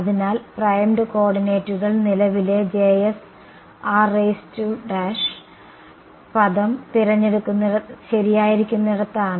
അതിനാൽ പ്രൈംഡ് കോർഡിനേറ്റുകൾ നിലവിലെ പദം ശരിയായിരിക്കുന്നിടത്താണ്